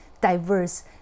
diverse